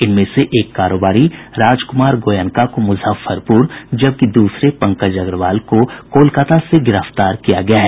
इनमें से एक कारोबारी राजक्मार गोयनका को मुजफ्फरपूर जबकि दूसरे पंकज अग्रवाल को कोलकाता से गिरफ्तार किया गया है